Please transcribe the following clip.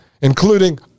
including